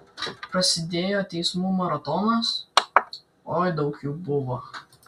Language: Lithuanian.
prasidėjo teismų maratonas oi daug jų buvo